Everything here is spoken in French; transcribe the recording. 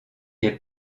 est